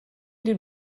den